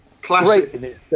Classic